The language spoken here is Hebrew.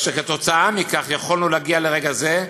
שכתוצאה מכך יכולנו להגיע לרגע זה.